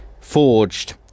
forged